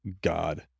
God